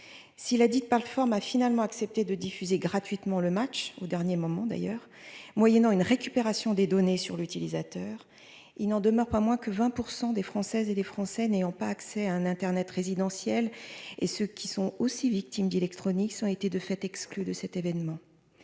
dit : tu parles forme a finalement accepté de diffuser gratuitement le match au dernier moment d'ailleurs moyennant une récupération des données sur l'utilisateur, il n'en demeure pas moins que 20 % des Françaises et des Français n'ayant pas accès à un Internet résidentiel et ceux qui sont aussi victimes d'électronique, ça aurait été de fait exclu de cet événement,